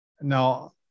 Now